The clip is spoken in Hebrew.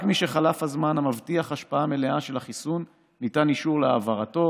רק משחלף הזמן המבטיח השפעה מלאה של החיסון ניתן אישור להעברתו